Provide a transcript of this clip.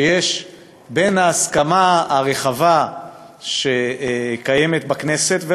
בין ההסכמה הרחבה שקיימת בכנסת,